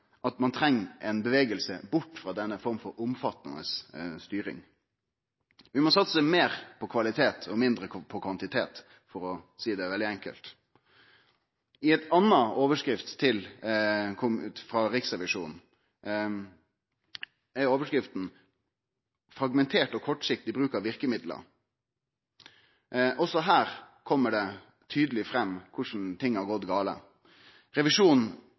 at ein treng ei bevegelse bort frå denne form for omfattande styring. Vi må satse meir på kvalitet og mindre på kvantitet, for å seie det veldig enkelt. Ei anna overskrift frå Riksrevisjonen er «Fragmentert og kortsiktig bruk av virkemidler». Også her kjem det tydeleg fram korleis ting har gått gale.